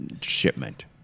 shipment